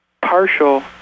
partial